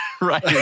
right